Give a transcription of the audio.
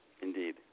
Indeed